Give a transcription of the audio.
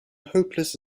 hopeless